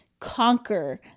conquer